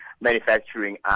manufacturing